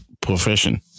profession